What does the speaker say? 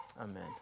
amen